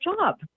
job